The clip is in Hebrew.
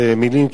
במלים,